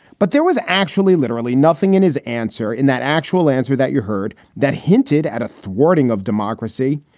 but there was actually literally nothing in his answer, in that actual answer that you heard that hinted at a thwarting of democracy.